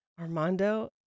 armando